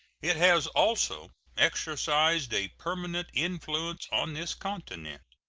it has also exercised a permanent influence on this continent.